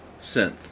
synth